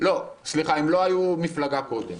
היו מפלגה קודם.